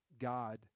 God